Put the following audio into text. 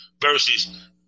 versus